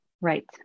right